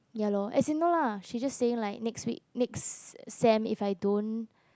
ya lor as you know lah she just saying like next week next sem if I don't